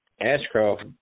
Ashcroft